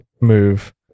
move